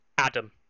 adam